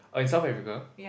oh in South Africa